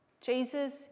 Jesus